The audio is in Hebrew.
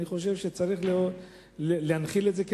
אני חושב שצריך להנחיל את זה כמורשת,